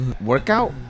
Workout